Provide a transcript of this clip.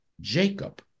Jacob